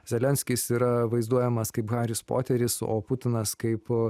zalenskis yra vaizduojamas kaip haris poteris o putinas kaip